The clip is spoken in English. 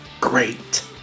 great